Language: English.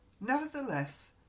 Nevertheless